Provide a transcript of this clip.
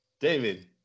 David